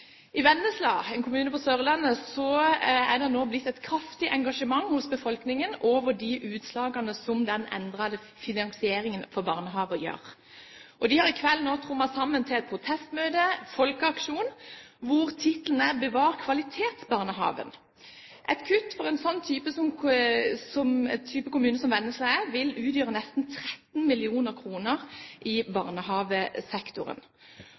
I Vennesla, en kommune på Sørlandet, er det nå blitt et kraftig engasjement hos befolkningen mot de utslagene som den endrede finansieringen av barnehager gir. Det er i kveld trommet sammen til et protestmøte, en folkeaksjon, hvor tittelen er «Bevar kvalitetsbarnehagen». Et kutt vil for den type kommune som Vennesla er, utgjøre nesten 13 mill. kr i barnehagesektoren. Ifølge lokale medier vil det selvfølgelig få konsekvenser for kvaliteten i